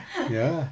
ya lah